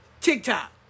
TikTok